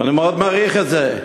ואני מאוד מעריך את זה.